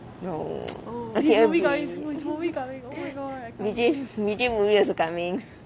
no okay a bit vijay vijay movie also coming